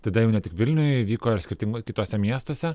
tada jau ne tik vilniuj vyko ir skirtingo kituose miestuose